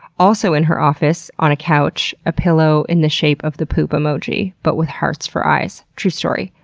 also in her office on a couch a pillow in the shape of the poop emoji, but with hearts for eyes. true story.